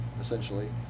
essentially